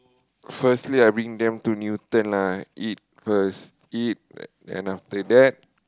firstly I bring them to Newton lah eat first eat and after that